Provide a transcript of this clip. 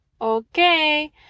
Okay